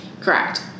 Correct